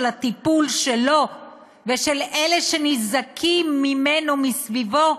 הטיפול שלו ושל אלה שניזוקים ממנו מסביבו,